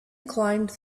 climbed